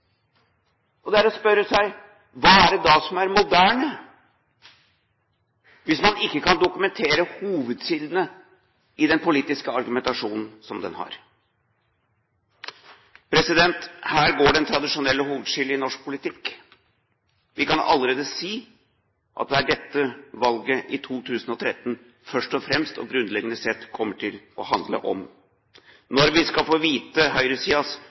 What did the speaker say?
er umoderne. Da må en spørre seg: Hva er det da som er moderne, hvis man ikke kan dokumentere hovedkildene i den politiske argumentasjonen som en har? Her går den tradisjonelle hovedskillelinjen i norsk politikk. Vi kan allerede si at det er dette valget i 2013 først og fremst og grunnleggende sett kommer til å handle om. Når vi skal få vite